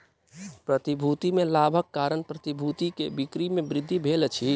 प्रतिभूति में लाभक कारण प्रतिभूति के बिक्री में वृद्धि भेल अछि